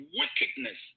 wickedness